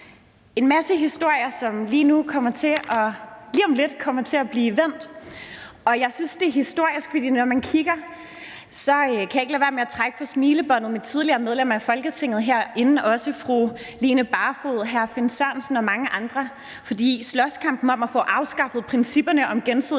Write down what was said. en masse historier, som lige om lidt kommer til at blive vendt. Jeg synes, det er historisk, for når jeg kigger, kan jeg ikke lade være med også at trække på smilebåndet med tidligere medlemmer af Folketinget herinde fru Line Barfod, hr. Finn Sørensen og mange andre, for slåskampen om at få afskaffet principperne om gensidig